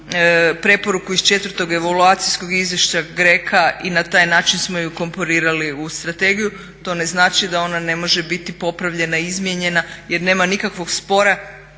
preporuku ili četvrtog evaluacijskog izvješća GRECO-a i na taj način smo je inkorporirali u strategiju. To ne znači da ona ne može biti popravljena i izmijenjena, jer nema nikakvog spora